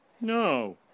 No